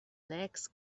legs